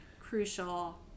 crucial